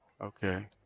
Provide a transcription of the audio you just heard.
Okay